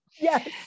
Yes